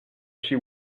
she